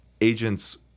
agents –